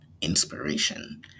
inspiration